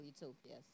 utopias